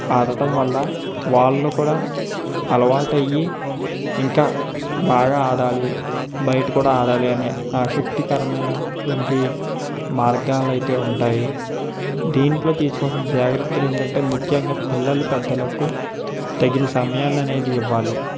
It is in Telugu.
ఆడటం వల్ల వాళ్ళు కూడా అలవాటయ్యి ఇంకా బాగా ఆడాలి బయట కూడా ఆడాలి అనే ఆశక్తికరమైన అటువంటి మార్గాలైతే ఉంటాయి దీంట్లో తీసుకోవాల్సిన జాగ్రత్తలు ఏంటంటే ముఖ్యంగా పిల్లలు పెద్దలకు తగిన సమయాన్ని అనేది ఇవ్వాలి